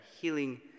healing